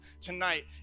tonight